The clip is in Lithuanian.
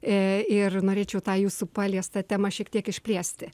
e ir norėčiau tą jūsų paliestą temą šiek tiek išplėsti